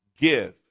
give